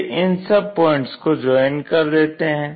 फिर इन सब पॉइंट्स को ज्वाइन कर देते हैं